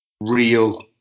real